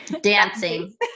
Dancing